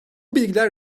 bilgiler